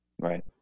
Right